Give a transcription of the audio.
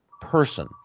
person